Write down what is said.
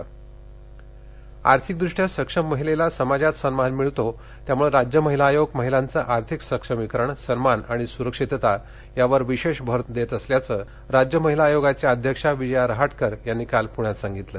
रहाटकर आर्थिकदृष्ट्या सक्षम महिलेला समाजात सन्मान मिळतो त्यामुळे राज्य महिला आयोग महिलांचं आर्थिक सक्षमीकरण सन्मान आणि सुरक्षितता यावर विशेष भर देत असल्याचं राज्य महिला आयोगाच्या अध्यक्षा विजया रहाटकर यांनी काल पुण्यात सांगितलं